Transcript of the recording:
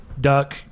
duck